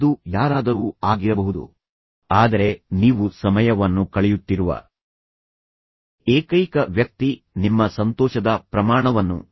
ಅದು ಯಾರಾದರೂ ಆಗಿರಬಹುದು ಆದರೆ ನೀವು ಸಮಯವನ್ನು ಕಳೆಯುತ್ತಿರುವ ಏಕೈಕ ವ್ಯಕ್ತಿ ನಿಮ್ಮ ಸಂತೋಷದ ಪ್ರಮಾಣವನ್ನು ನಿರ್ಧರಿಸುತ್ತದೆ